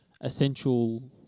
essential